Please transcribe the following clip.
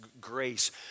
Grace